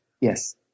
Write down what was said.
Yes